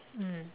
mm